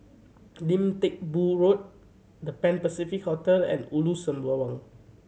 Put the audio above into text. Lim Teck Boo Road The Pan Pacific Hotel and Ulu Sembawang